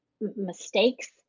mistakes